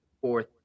fourth